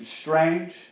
strange